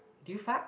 did you fart